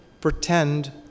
pretend